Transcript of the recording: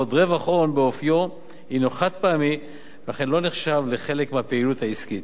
בעוד רווח הון באופיו הינו חד-פעמי ולכן לא נחשב לחלק מהפעילות העסקית.